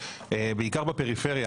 בעיקר בפריפריה.